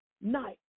night